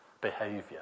behavior